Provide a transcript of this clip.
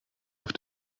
auf